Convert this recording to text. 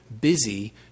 busy